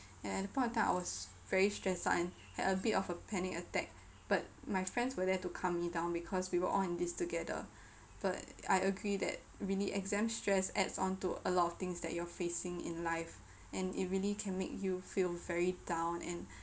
and at the point of time I was very stressed out and had a bit of a panic attack but my friends were there to calm me down because we were all on this together but I agree that really exam stress adds on to a lot of things that you're facing in life and it really can make you feel very down and